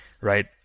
right